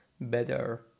better